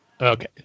Okay